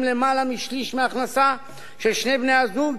למעלה משליש מההכנסה של שני בני-הזוג,